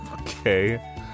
Okay